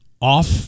off